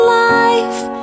life